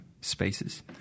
Spaces